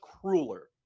crueler